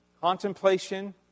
contemplation